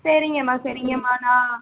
சரிங்கமா சரிங்கமா நான்